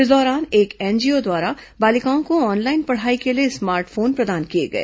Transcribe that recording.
इस दौरान एक एनजीओ द्वारा बालिकाओं को ऑनलाइन पढ़ाई के लिए स्मार्ट फोन प्रदान किए गए